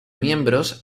miembros